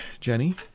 Jenny